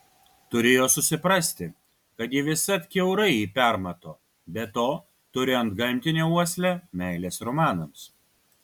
turėjo susiprasti kad ji visad kiaurai jį permato be to turi antgamtinę uoslę meilės romanams